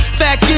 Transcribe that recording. fact